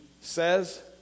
says